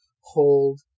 hold